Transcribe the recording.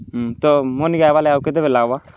ତ ମର୍ନିକେ ଆଏବା ଲାଗି ଆଉ କେତେବେଲ୍ ଲାଗ୍ବା